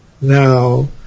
now